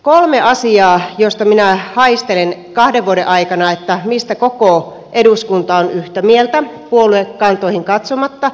kolme asiaa joista minä haistelen että koko eduskunta on kahden vuoden aikana yhtä mieltä puoluekantoihin katsomatta